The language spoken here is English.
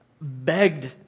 begged